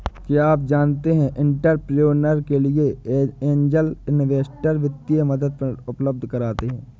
क्या आप जानते है एंटरप्रेन्योर के लिए ऐंजल इन्वेस्टर वित्तीय मदद उपलब्ध कराते हैं?